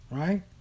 right